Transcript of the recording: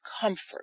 comfort